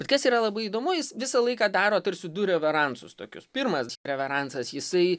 kas yra labai įdomu jis visą laiką daro tarsi du reveransus tokius pirmas reveransas jisai